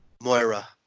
Moira